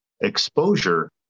exposure